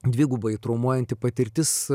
dvigubai traumuojanti patirtis